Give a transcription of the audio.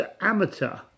amateur